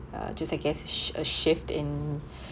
uh just a guess sh~ a shift in